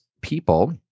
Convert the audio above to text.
people